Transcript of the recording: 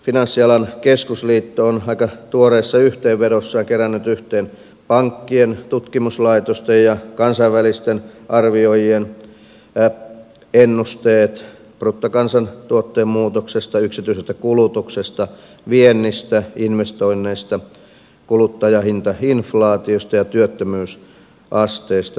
finanssialan keskusliitto on aika tuoreessa yhteenvedossaan kerännyt yhteen pankkien tutkimuslaitosten ja kansainvälisten arvioijien ennusteet bruttokansantuotteen muutoksesta yksityisestä kulutuksesta viennistä investoinneista kuluttajahintainflaatiosta ja työttömyysasteesta